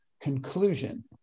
conclusion